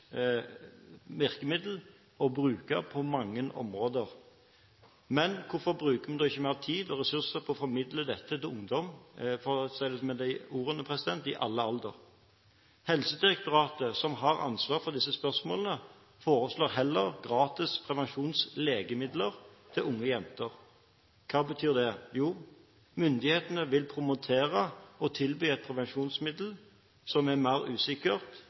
virkemiddel å bruke på mange områder. Men hvorfor bruker vi da ikke mer tid og ressurser på å formidle dette til ungdom – for å si det med de ordene – i alle aldre? Helsedirektoratet, som har ansvaret for disse spørsmålene, foreslår heller gratis prevensjonslegemidler til unge jenter. Hva betyr det? Jo: Myndighetene vil promotere og tilby et prevensjonsmiddel som er mer usikkert,